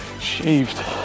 shaved